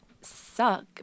suck